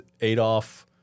Adolf –